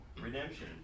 redemption